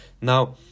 now